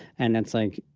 and it's like,